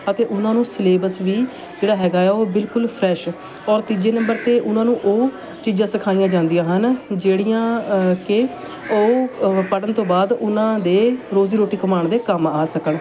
ਅਤੇ ਉਹਨਾਂ ਨੂੰ ਸਿਲੇਬਸ ਵੀ ਜਿਹੜਾ ਹੈਗਾ ਆ ਉਹ ਬਿਲਕੁਲ ਫਰੈਸ਼ ਔਰ ਤੀਜੇ ਨੰਬਰ 'ਤੇ ਉਹਨਾਂ ਨੂੰ ਉਹ ਚੀਜ਼ਾਂ ਸਿਖਾਈਆਂ ਜਾਂਦੀਆਂ ਹਨ ਜਿਹੜੀਆਂ ਕਿ ਉਹ ਪੜ੍ਹਨ ਤੋਂ ਬਾਅਦ ਉਹਨਾਂ ਦੇ ਰੋਜ਼ੀ ਰੋਟੀ ਕਮਾਉਣ ਦੇ ਕੰਮ ਆ ਸਕਣ